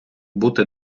бути